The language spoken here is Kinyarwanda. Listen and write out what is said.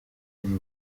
uru